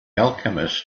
alchemist